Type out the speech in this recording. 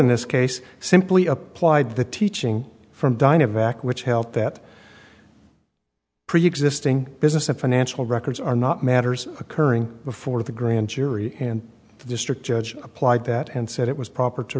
in this case simply applied the teaching from dying of act which helped that pre existing business and financial records are not matters occurring before the grand jury and the district judge applied that and said it was proper to